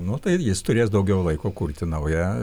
nu tai jis turės daugiau laiko kurti naują